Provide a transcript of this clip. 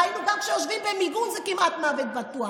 ראינו שגם כשיושבים במיגון זה כמעט מוות בטוח.